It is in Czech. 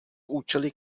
účely